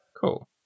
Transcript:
Cool